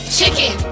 Chicken